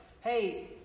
hey